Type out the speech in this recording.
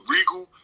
Regal